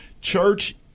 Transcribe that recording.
church